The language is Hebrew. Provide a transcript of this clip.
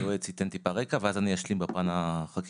היועץ, ייתן טיפה רקע ואז אשלים בפן החקיקתי.